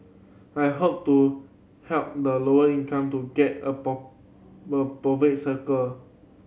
I hope to help the lower income to get above above cycle